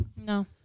No